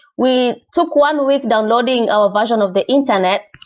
we took one week downloading our version of the internet.